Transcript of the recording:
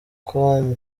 com